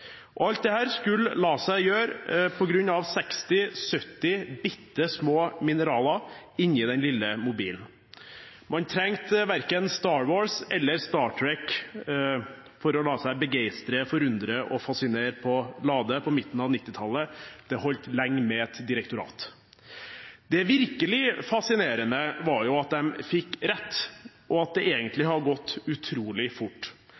Alt dette skulle la seg gjøre på grunn av 60–70 bitte små mineraler inni den lille mobilen. Man trengte verken Star Wars eller Star Trek for å la seg begeistre, forundre og fascinere på Lade på midten av 1990-tallet. Det holdt lenge med et direktorat. Det virkelig fascinerende var jo at de fikk rett, og at det egentlig har gått utrolig fort.